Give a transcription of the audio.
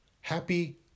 Happy